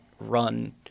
run